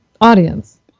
audience